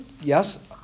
yes